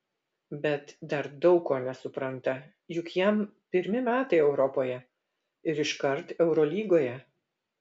bet dar daug ko nesupranta juk jam pirmi metai europoje ir iškart eurolygoje